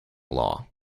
law